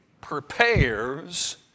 prepares